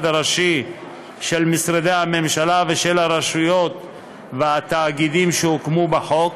הראשי של משרדי הממשלה ושל הרשויות והתאגידים שהוקמו בחוק,